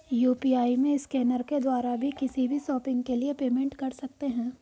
UPI में scanner के द्वारा भी किसी भी शॉपिंग के लिए पेमेंट कर सकते है